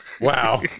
Wow